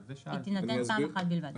היא תינתן פעם אחת בלבד.